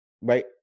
right